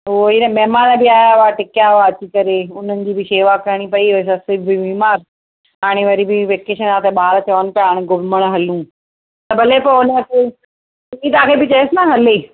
उहो ई न महिमान बि आहिया हुआ टिकिया हुआ अची करे उन्हनि जी बि शेवा करणी पई वरी सस बि बीमार हाणे वरी बि वैकेशन आहे त ॿार चवनि पिया हाणे घुमणु हलूं त भले पोइ हुन ते ई निकिता खे बि चइसि न हले